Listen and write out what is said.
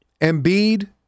Embiid